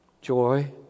joy